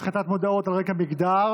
השחתת מודעות על רקע מגדר),